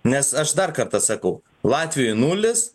nes aš dar kartą sakau latvijoj nulis